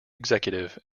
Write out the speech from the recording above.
executive